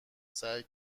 سعی